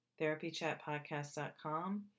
therapychatpodcast.com